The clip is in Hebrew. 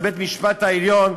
לבית-המשפט העליון,